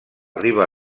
riba